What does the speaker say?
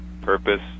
purpose